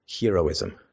heroism